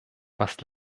was